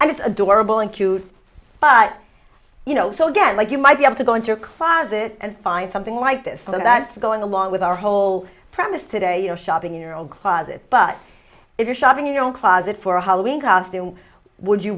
and it's adorable and cute but you know so again like you might be able to go into your closet and find something like this and that's going along with our whole premise today you know shopping in your own closet but if you're shopping in your own closet for halloween costume would you